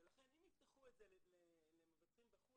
ולכן אם יפתחו את זה למבטחים בחו"ל